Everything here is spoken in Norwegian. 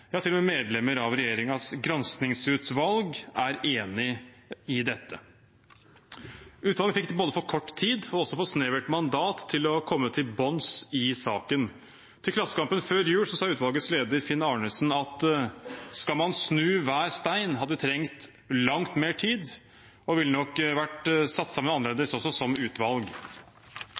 Ja, til og med medlemmer av regjeringens granskingsutvalg er enig i dette. Utvalget fikk både for kort tid og for snevert mandat til å komme til bunns i saken. Til Klassekampen før jul sa utvalgets leder, Finn Arnesen, at «hvis man skal snu hver stein, så hadde vi trengt langt mer tid, og utvalget ville nok vært satt sammen annerledes».